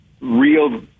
real